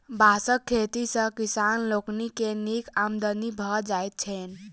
बाँसक खेती सॅ किसान लोकनि के नीक आमदनी भ जाइत छैन